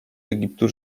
egiptu